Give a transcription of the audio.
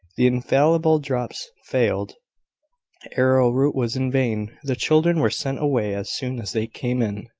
the infallible drops failed arrowroot was in vain the children were sent away as soon as they came in,